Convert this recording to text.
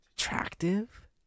Attractive